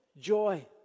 joy